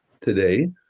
today